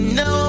no